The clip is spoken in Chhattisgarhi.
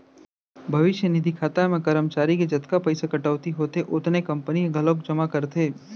भविस्य निधि खाता म करमचारी के जतका पइसा कटउती होथे ओतने कंपनी ह घलोक जमा करथे